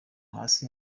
hasi